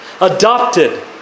adopted